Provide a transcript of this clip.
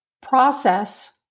process